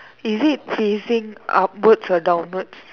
is it facing upwards or downwards